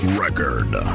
record